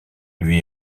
lui